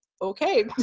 okay